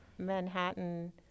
Manhattan